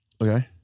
Okay